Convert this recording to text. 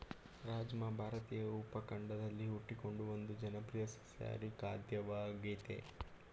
ರಾಜ್ಮಾ ಭಾರತೀಯ ಉಪಖಂಡದಲ್ಲಿ ಹುಟ್ಟಿಕೊಂಡ ಒಂದು ಜನಪ್ರಿಯ ಸಸ್ಯಾಹಾರಿ ಖಾದ್ಯವಾಗಯ್ತೆ